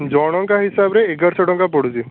ଜଣକା ହିସାବରେ ଏଗାରଶହ ଟଙ୍କା ପଡୁଛି